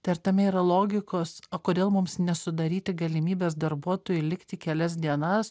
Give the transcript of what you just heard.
tai ar tame yra logikos o kodėl mums nesudaryti galimybės darbuotojui likti kelias dienas